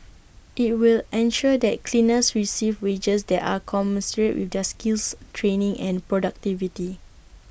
IT will ensure that cleaners receive wages that are commensurate with their skills training and productivity